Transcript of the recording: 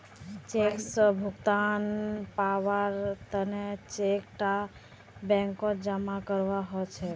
cheque स भुगतान पाबार तने चेक टा बैंकत जमा करवा हछेक